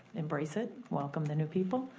embrace it, welcome the new people,